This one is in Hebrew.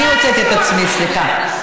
אני הוצאתי את עצמי, סליחה.